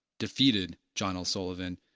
defeated john l. sullivan.